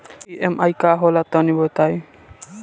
EMI का होला तनि बताई?